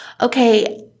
okay